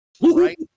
right